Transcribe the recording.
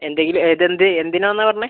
ഇതു എന്ത് എന്തിനാന്ന പറഞ്ഞെ